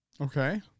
Okay